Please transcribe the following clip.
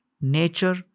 nature